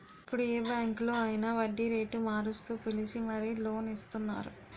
ఇప్పుడు ఏ బాంకులో అయినా వడ్డీరేటు మారుస్తూ పిలిచి మరీ లోన్ ఇస్తున్నారు